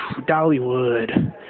Dollywood